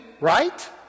right